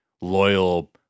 loyal